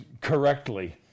correctly